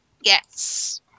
Yes